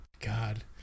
God